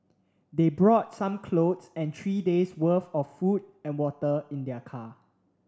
they brought some clothes and three days' worth of food and water in their car